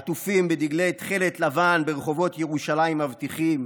עטופים בדגלי תכלת-לבן ברחובות ירושלים מבטיחים